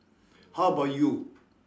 how about you